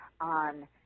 on